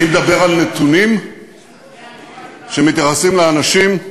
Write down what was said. אני מדבר על נתונים שמתייחסים לאנשים,